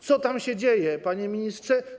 Co tam się dzieje, panie ministrze?